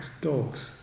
dogs